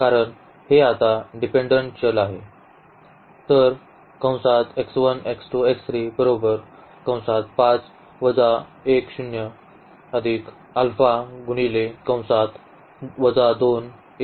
कारण हे आता डिपेंडंट चल आहेत